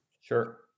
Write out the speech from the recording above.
Sure